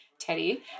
Teddy